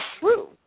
true